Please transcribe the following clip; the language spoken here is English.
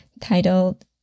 titled